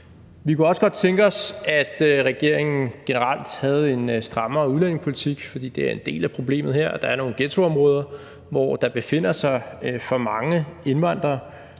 Vi kunne også godt tænke os, at regeringen generelt havde en strammere udlændingepolitik, for det er en del af problemet her, at der er nogle ghettoområder, hvor der befinder sig for mange indvandrere,